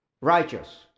righteous